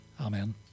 Amen